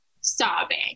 sobbing